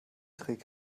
trick